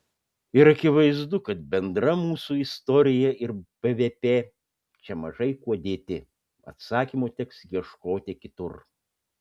ir akivaizdu kad bendra mūsų istorija ir bvp čia mažai kuo dėti atsakymo teks ieškoti kitur